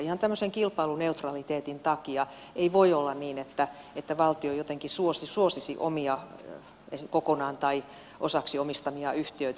ihan tämmöisen kilpailuneutraliteetin takia ei voi olla niin että valtio jotenkin suosisi kokonaan tai osaksi omistamiaan yhtiöitä